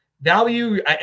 Value